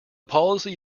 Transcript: policy